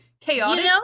chaotic